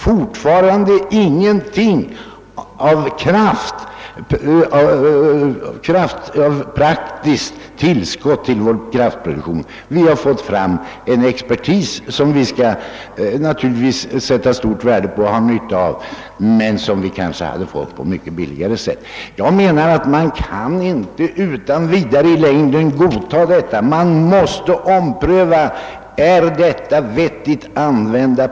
Fortfarande praktiskt ingenting när det gäller tillskott till vår kraftproduktion. Vi har fått fram en expertis som vi naturligtvis skall sätta stort värde på och har nytta av, men det kanske vi hade kunnat få på ett mycket billigare sätt. Jag anser att man inte i längden utan vidare kan godtaga dessa förhållanden. Man måste ta ställning till om dessa pengar är vettigt använda.